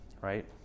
right